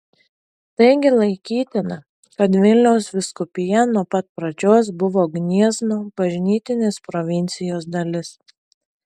taigi laikytina kad vilniaus vyskupija nuo pat pradžios buvo gniezno bažnytinės provincijos dalis